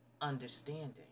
understanding